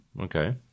Okay